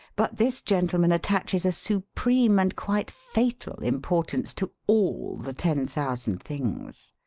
but this gentleman attaches a supreme and quite fatal importance to all the ten thousand things.